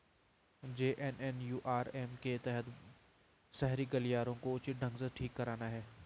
JNNURM के तहत शहरी गलियारों को उचित ढंग से ठीक कराना था